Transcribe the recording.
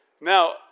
Now